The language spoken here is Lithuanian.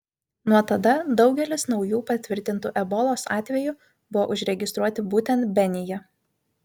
nuo tada daugelis naujų patvirtintų ebolos atvejų buvo užregistruoti būtent benyje